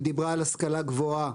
היא דיברה על השכלה גבוהה,